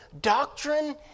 Doctrine